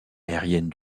aérienne